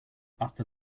after